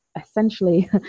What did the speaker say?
essentially